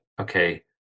okay